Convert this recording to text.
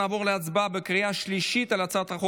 נעבור להצבעה בקריאה שלישית על הצעת החוק